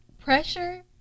pressure